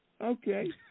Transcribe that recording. Okay